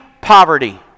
poverty